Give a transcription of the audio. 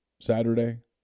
Saturday